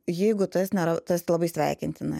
jeigu tas nėra tas labai sveikintina